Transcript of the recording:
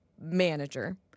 manager